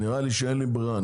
נראה לי שאין לי ברירה.